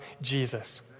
Jesus